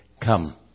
come